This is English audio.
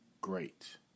great